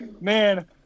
Man